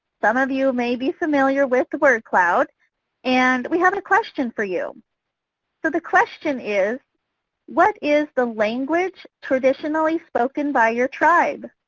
some of you may be familiar with the word cloud and we have a question for you so the question is what is the language traditionally spoken by your tribe?